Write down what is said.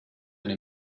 eine